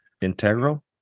integral